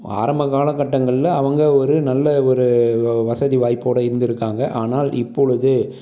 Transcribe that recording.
ஆரம்ப காலக்கட்டங்களில் அவங்க ஒரு நல்ல ஒரு வசதி வாய்ப்போட இருத்திருக்காங்க ஆனால் இப்பொழுது